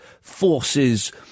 forces